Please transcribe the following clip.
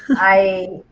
i